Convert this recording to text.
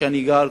שם אני גר,